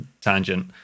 tangent